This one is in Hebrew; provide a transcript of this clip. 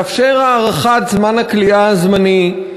לאפשר הארכה של משך הכליאה הזמנית?